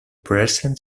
present